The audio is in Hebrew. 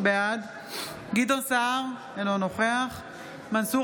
בעד גדעון סער, אינו נוכח מנסור